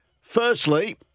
Firstly